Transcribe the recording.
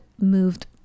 moved